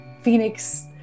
Phoenix